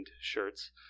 shirts